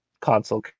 console